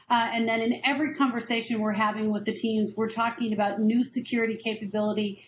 and then in every conversation we're having with the teams we're talking about new security capability.